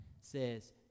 says